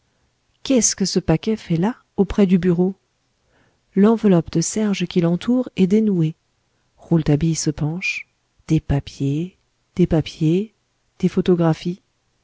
qu'est-ce que ce paquet fait là auprès du bureau l'enveloppe de serge qui l'entoure est dénouée rouletabille se penche des papiers des papiers des photographies